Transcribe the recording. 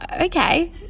okay